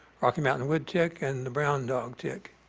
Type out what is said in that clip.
rocky mountain wood tick and the brown dog tick.